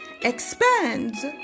expands